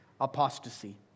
apostasy